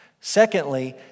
Secondly